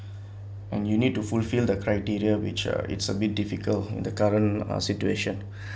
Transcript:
and you need to fulfil the criteria which uh it's a bit difficult in the current ah situation